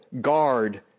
guard